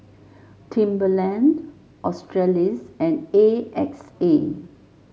Timberland Australis and A X A